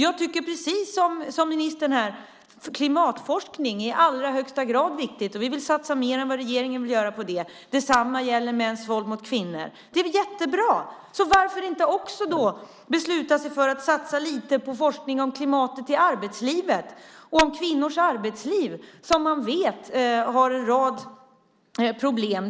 Jag tycker precis som ministern, klimatforskning är i allra högsta grad viktigt. Vi vill satsa mer än vad regeringen vill göra på det. Detsamma gäller mäns våld mot kvinnor. Det är jättebra! Varför inte också då besluta sig för att satsa lite på forskning om klimatet i arbetslivet och om kvinnors arbetsliv som man vet har en rad problem?